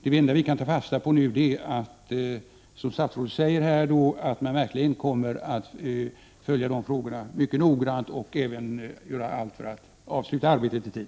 Det enda vi kan ta fasta på nu är, som statsrådet säger, att man verkligen kommer att följa dessa frågor mycket noggrant och göra allt för att avsluta arbetet i tid.